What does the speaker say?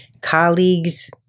colleagues